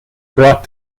brought